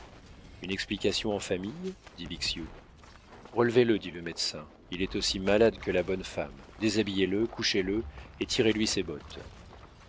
une explication en famille dit bixiou relevez le dit le médecin il est aussi malade que la bonne femme déshabillez le couchez le et tirez lui ses bottes